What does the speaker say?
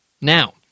Now